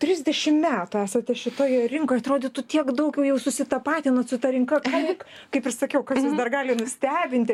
trisdešim metų esate šitoj rinkoj atrodytų tiek daug jau susitapatinot su ta rinka kaip kaip ir sakiau kad jus dar gali nustebinti gali